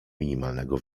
minimalnego